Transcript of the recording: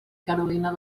carolina